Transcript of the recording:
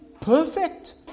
perfect